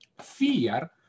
fear